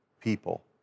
people